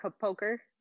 poker